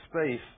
space